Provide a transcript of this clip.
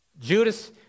Judas